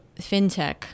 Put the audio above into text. fintech